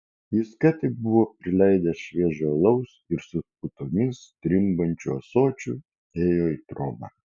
jis ką tik buvo prileidęs šviežio alaus ir su putomis drimbančiu ąsočiu ėjo į trobą